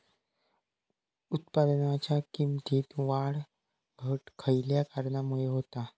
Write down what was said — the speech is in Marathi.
उत्पादनाच्या किमतीत वाढ घट खयल्या कारणामुळे होता?